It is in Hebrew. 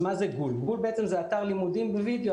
גול זה אתר לימודים בווידאו.